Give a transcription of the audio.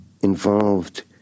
involved